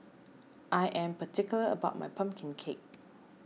I am particular about my Pumpkin Cake